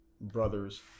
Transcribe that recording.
brothers